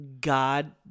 God